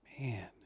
Man